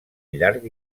llarg